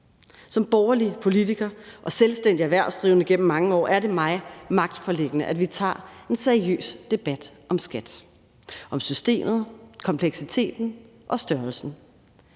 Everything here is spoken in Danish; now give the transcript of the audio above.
Som borgerlig politiker og selvstændigt erhvervsdrivende gennem mange år er det mig magtpåliggende, at vi tager en seriøs debat om skat, om systemet, kompleksiteten og størrelsen.